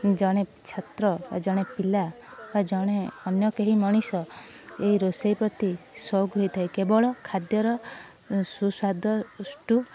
ଜଣେ ଛାତ୍ର ଓ ଜଣେ ପିଲା ବା ଜଣେ ଅନ୍ୟ କେହି ମଣିଷ ଏ ରୋଷେଇ ପ୍ରତି ଶୌକ ହୋଇଥାଏ କେବଳ ଖାଦ୍ୟର ସୁସ୍ବାଦ ଷ୍ଟୁ